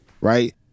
Right